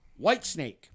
Whitesnake